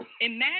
Imagine